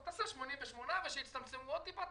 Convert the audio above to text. אז תעשה 88. וכשיצטמצמו עוד טיפה,